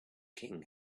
king